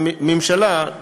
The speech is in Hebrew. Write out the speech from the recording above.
כממשלה,